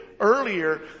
earlier